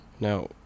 Now